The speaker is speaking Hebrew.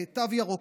תו ירוק,